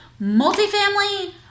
multifamily